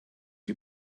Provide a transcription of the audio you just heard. you